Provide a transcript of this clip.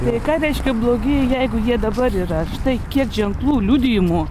tai ką reiškia blogi jeigu jie dabar yra štai kiek ženklų liudijimų